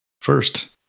first